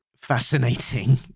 fascinating